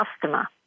customer